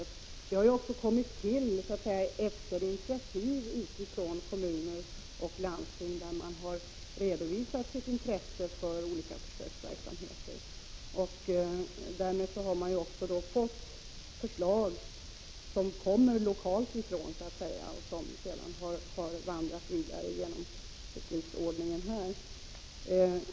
Försöket har kommit till efter initiativ från kommuner och landsting, som har redovisat sitt intresse för olika försöksverksamheter. Därmed har det också kommit förslag från lokalt håll som har vandrat vidare genom beslutsordningen.